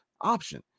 option